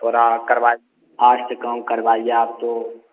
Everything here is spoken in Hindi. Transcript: थोड़ा करवाइए फास्ट काम करवाइए आप तो